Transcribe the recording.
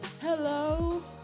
Hello